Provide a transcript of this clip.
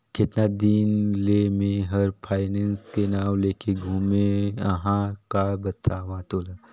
केतना दिन ले मे हर फायनेस के नाव लेके घूमें अहाँ का बतावं तोला